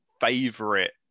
favorite